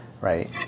right